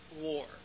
war